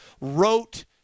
wrote